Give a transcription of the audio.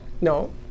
No